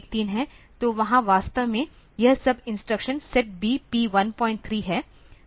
तो वहां वास्तव में यह सब इंस्ट्रक्शन SETB P13 है